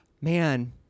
man